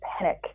panic